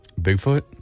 Bigfoot